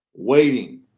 waiting